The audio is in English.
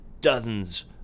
dozens